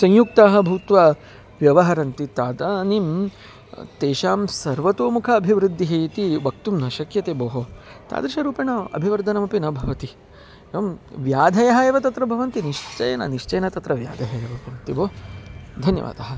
संयुक्ताः भूत्वा व्यवहरन्ति तादानीं तेषां सर्वतोमुखी अभिवृद्धिः इति वक्तुं न शक्यते भोः तादृशरूपेण अभिवर्धनमपि न भवति एवं व्याधयः एव तत्र भवन्ति निश्चयेन निश्चयेन तत्र व्याधयः एव भवन्ति भो धन्यवादः